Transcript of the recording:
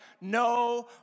no